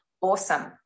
awesome